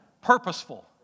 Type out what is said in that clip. purposeful